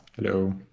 Hello